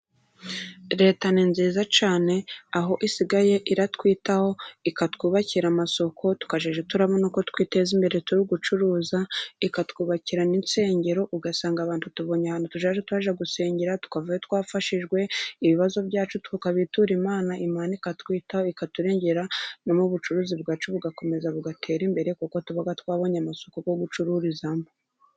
Leta ni nziza cyane aho isigaye iratwitaho ikatwubakira amasoko tukajya turabona uko twiteza imbere turi gucuruza, ikatwubakira n'insengero ugasanga abantu tubonye ahantu tizajya tujya gusengera tukavayo twafashijwe ibibazo byacu tukabitura Imana ikaturengera no mu ubucuruzi bwacu bugakomeza bugatera imbere kuko tuba twabonye amasoko gucururizamo.